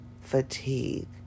fatigue